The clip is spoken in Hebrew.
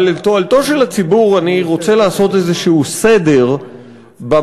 אבל לתועלתו של הציבור אני רוצה לעשות איזה סדר במפה